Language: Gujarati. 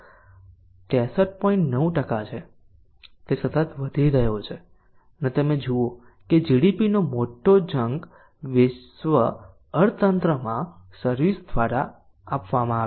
9 છે તે સતત વધી રહ્યો છે અને તમે જુઓ છો કે GDP નો મોટો જંક વિશ્વ અર્થતંત્રમાં સર્વિસ દ્વારા આપવામાં આવે છે